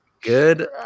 Good